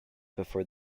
before